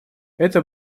эта